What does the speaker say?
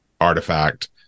artifact